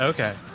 Okay